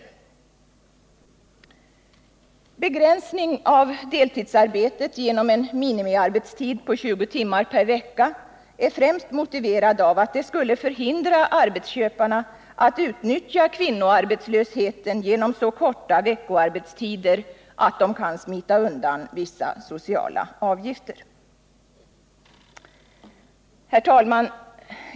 Kravet på en begränsning av deltidsarbetet genom en minimiarbetstid på 20 timmar per vecka är främst motiverat av att det skulle förhindra arbetsköparna att utnyttja kvinnoarbetslösheten genom att erbjuda kvinnorna så korta veckoarbetstider att de kan smita undan vissa sociala avgifter. Herr talman!